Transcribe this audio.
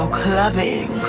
clubbing